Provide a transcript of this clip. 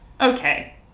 okay